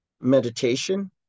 meditation